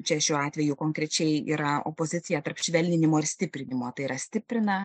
čia šiuo atveju konkrečiai yra opozicija tarp švelninimo ir stiprinimo tai yra stiprina